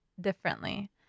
differently